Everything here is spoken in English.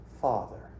father